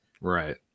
Right